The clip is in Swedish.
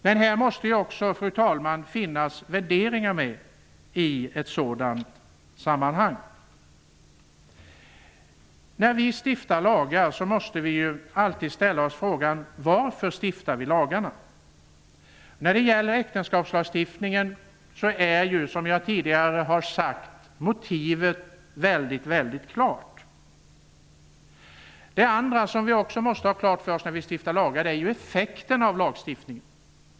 Men det måste ju också finnas värderingar med i ett sådant sammanhang, fru talman. När vi stiftar lagar måste vi alltid ställa oss frågan: Varför stiftar vi lagarna? När det gäller äktenskapslagstiftningen är ju motivet väldigt klart, som jag tidigare har sagt. När vi stiftar lagar måste vi också ha klart för oss effekten av lagstiftningen.